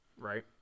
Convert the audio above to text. Right